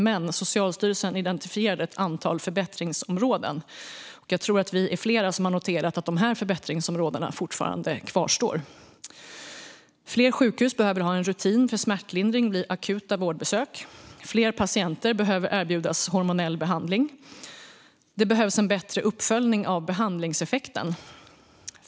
Men Socialstyrelsen identifierade ett antal förbättringsområden, och jag tror att vi är flera som har noterat att förbättringsområdena fortfarande kvarstår. Fler sjukhus behöver en rutin för smärtlindring vid akuta vårdbesök. Fler patienter behöver erbjudas hormonell behandling. Det behövs en bättre uppföljning av behandlingseffekten.